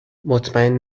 مطمئن